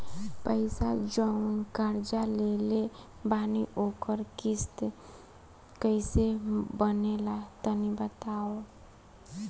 पैसा जऊन कर्जा लेले बानी ओकर किश्त कइसे बनेला तनी बताव?